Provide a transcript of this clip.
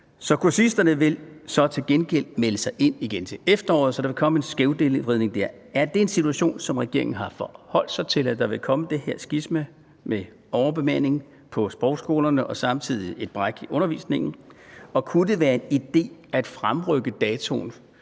Kursisterne vil til gengæld melde sig ind igen til efteråret, så der vil komme en skævvridning der. Er det en situation, som regeringen har forholdt sig til, altså at der vil komme det her skisma med overbemanding på sprogskolerne og samtidig et afbræk i undervisningen? Og kunne det være en idé at fremrykke datoen